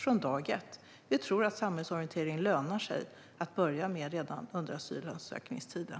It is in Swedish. Vi tror att det lönar sig att börja med samhällsorientering redan under asylansökningstiden.